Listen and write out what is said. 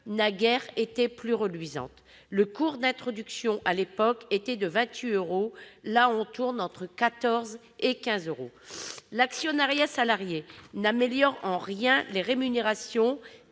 n'a guère été plus reluisante. Le cours d'introduction à l'époque était de 28 euros ; aujourd'hui, il tourne autour de 14 ou 15 euros. L'actionnariat salarié n'améliore en rien les rémunérations.